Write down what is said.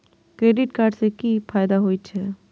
Credit card से कि फायदा होय छे?